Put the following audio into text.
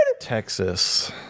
Texas